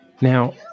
Now